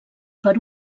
per